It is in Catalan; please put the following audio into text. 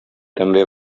també